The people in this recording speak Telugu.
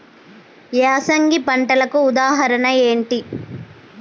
యాసంగి పంటలకు ఉదాహరణ ఏంటి?